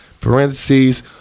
parentheses